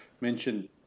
mentioned